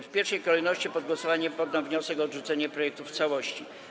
W pierwszej kolejności pod głosowanie poddam wniosek o odrzucenie projektu w całości.